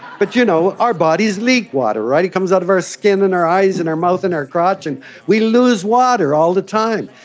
but, you know, our bodies leak water, right, it comes out of our skin and our eyes and our mouth and our crotch and we lose water all the time.